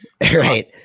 Right